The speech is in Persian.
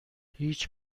هیچ